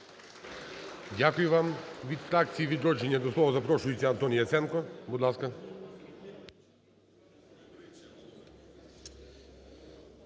Дякую вам. Від фракції "Відродження" до слова запрошується Антон Яценко. Будь ласка.